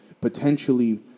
potentially